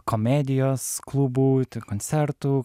komedijos klubų koncertų